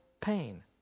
pain